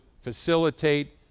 facilitate